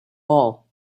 all